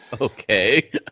Okay